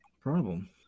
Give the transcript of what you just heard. problem